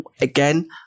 again